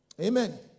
Amen